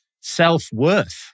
self-worth